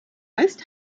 most